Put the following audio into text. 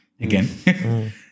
Again